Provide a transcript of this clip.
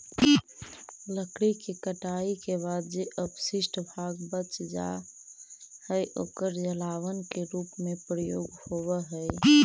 लकड़ी के कटाई के बाद जे अवशिष्ट भाग बच जा हई, ओकर जलावन के रूप में प्रयोग होवऽ हई